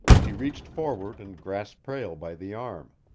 he reached forward and grasped prale by the arm.